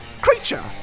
Creature